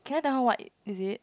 can I tell out what is it